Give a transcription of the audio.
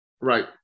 right